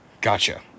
Gotcha